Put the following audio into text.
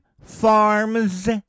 Farms